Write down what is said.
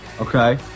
Okay